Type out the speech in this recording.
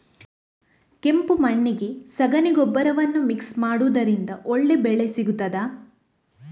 ಕೆಂಪು ಮಣ್ಣಿಗೆ ಸಗಣಿ ಗೊಬ್ಬರವನ್ನು ಮಿಕ್ಸ್ ಮಾಡುವುದರಿಂದ ಒಳ್ಳೆ ಬೆಳೆ ಸಿಗುತ್ತದಾ?